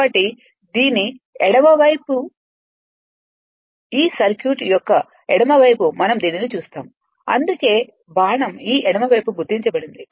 కాబట్టి దీని ఎడమ వైపు ఈ సర్క్యూట్ యొక్క ఎడమ వైపు మనం దీనిని చూస్తాము అందుకే బాణం ఈ ఎడమ వైపు గుర్తించబడింది